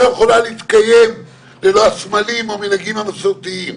יכולה להתקיים ללא הסמלים והמנהגים המסורתיים.